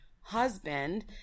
husband